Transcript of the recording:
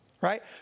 right